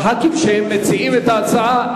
שמציעים את ההצעה,